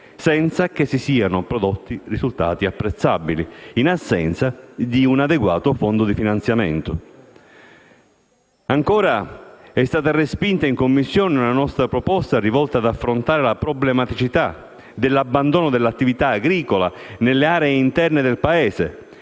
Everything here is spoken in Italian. senza che si siano prodotti risultati apprezzabili, in assenza di un adeguato fondo di finanziamento. È stata inoltre respinta in Commissione una nostra proposta rivolta ad affrontare la problematica dell'abbandono dell'attività agricola nelle aree interne del Paese,